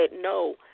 no